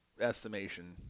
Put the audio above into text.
estimation